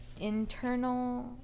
internal